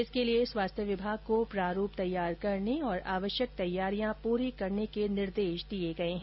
इसके लिए स्वास्थ्य विभाग को प्रारूप तैयार करने और आवश्यक तैयारियां पूरी करने के निर्देश दिए गए हैं